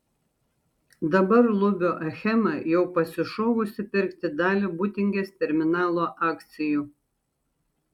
dabar lubio achema jau pasišovusi pirkti dalį būtingės terminalo akcijų